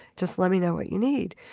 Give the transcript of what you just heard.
just let me know what you need.